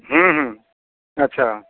हँ हँ अच्छा